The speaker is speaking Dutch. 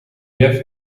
jef